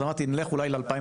אז אמרתי שנלך אולי ל-2020,